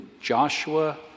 Joshua